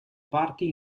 parti